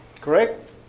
correct